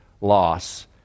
loss